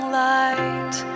light